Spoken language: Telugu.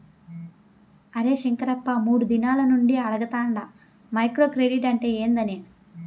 అరే శంకరప్ప, మూడు దినాల నుండి అడగతాండ మైక్రో క్రెడిట్ అంటే ఏందని